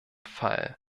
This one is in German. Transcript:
fall